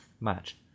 match